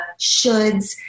shoulds